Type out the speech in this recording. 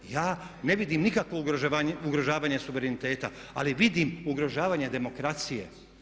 Ja ne vidim nikakvo ugrožavanje suvereniteta, ali vidim ugrožavanje demokracije.